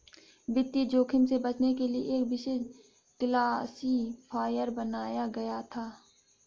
वित्तीय जोखिम से बचने के लिए एक विशेष क्लासिफ़ायर बनाया गया था